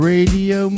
Radio